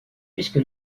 puisque